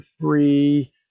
three